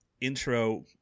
intro